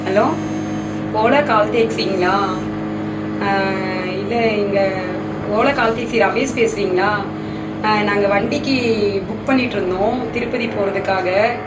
hello Ola call டாக்ஸிங்ளா இல்லை இங்கே ஓலா கால் டாக்ஸி ரமேஷ் பேசுறீங்களா நாங்கள் வண்டிக்கு புக் பண்ணிவிட்ருந்தோம் திருப்பதி போகிறதுக்காக